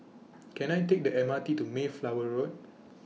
Can I Take The M R T to Mayflower Road